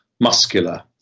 muscular